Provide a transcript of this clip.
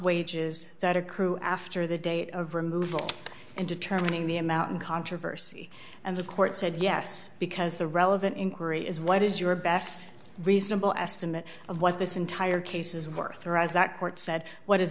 wages that accrue after the date of removal and determining the amount of controversy and the court said yes because the relevant inquiry is what is your best reasonable estimate of what this entire case is worth arise that court said what is